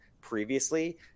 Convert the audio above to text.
previously